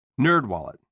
NerdWallet